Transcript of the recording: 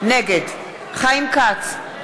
נגד חיים כץ,